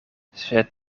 sed